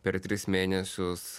per tris mėnesius